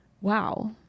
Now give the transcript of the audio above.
wow